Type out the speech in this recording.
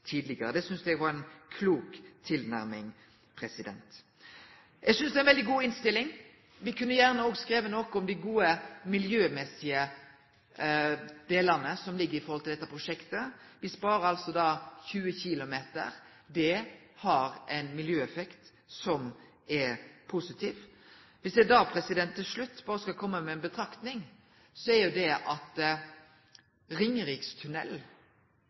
tidlegare. Det synest eg var ei klok tilnærming. Eg synest det er ei veldig god innstilling. Me kunne gjerne òg skrive noko om dei gode miljømessige delane som ligg i dette prosjektet. Me sparer altså 20 km. Det har ein miljøeffekt som er positiv. Om eg berre til slutt skal kome med eit synspunkt, er det det at